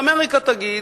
ואמריקה תגיד: